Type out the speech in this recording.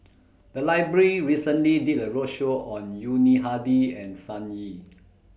The Library recently did A roadshow on Yuni Hadi and Sun Yee